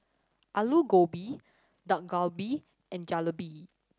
Alu Gobi Dak Galbi and Jalebi